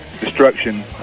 destruction